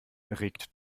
regt